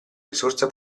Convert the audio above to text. risorsa